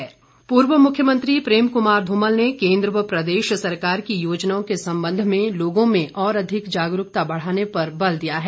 धुमल पूर्व मुख्यमंत्री प्रेम कुमार धूमल ने केंद्र व प्रदेश सरकार की योजनाओं के संबंध में लोगों में और अधिक जागरूकता बढ़ाने पर बल दिया है